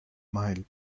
mild